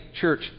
church